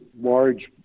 large